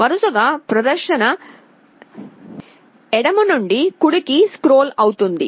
వరుసగా ప్రదర్శన స్వయంచాలకంగా ఎడమ నుండి కుడికి స్క్రోల్ అవుతుంది